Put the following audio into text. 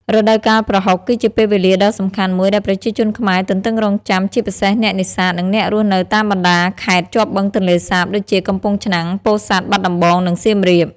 រដូវកាលប្រហុក គឺជាពេលវេលាដ៏សំខាន់មួយដែលប្រជាជនខ្មែរទន្ទឹងរង់ចាំ ជាពិសេសអ្នកនេសាទ និងអ្នករស់នៅតាមបណ្តាខេត្តជាប់បឹងទន្លេសាបដូចជា កំពង់ឆ្នាំង ពោធិ៍សាត់ បាត់ដំបង និងសៀមរាប។